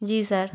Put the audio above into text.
जी sir